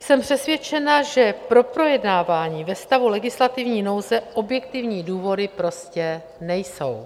Jsem přesvědčena, že pro projednávání ve stavu legislativní nouze objektivní důvody prostě nejsou.